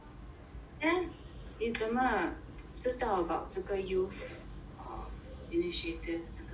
then 你怎么知道 about 这个 youth err initiative 这个